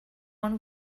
one